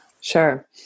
Sure